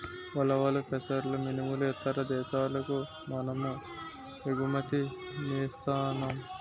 ఉలవలు పెసలు మినుములు ఇతర దేశాలకు మనము ఎగుమతి సేస్తన్నాం